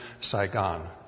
Saigon